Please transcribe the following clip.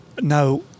Now